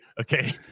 Okay